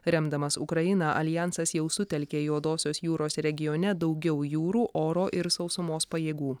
remdamas ukrainą aljansas jau sutelkė juodosios jūros regione daugiau jūrų oro ir sausumos pajėgų